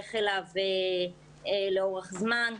להיערך אליו לאורך זמן.